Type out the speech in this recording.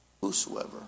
whosoever